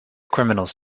criminals